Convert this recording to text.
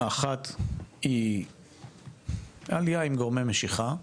האחד הוא עלייה עם גורמי משיכה.